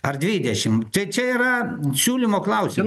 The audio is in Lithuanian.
ar dvidešim tai čia yra siūlymo klausimas